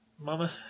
Mama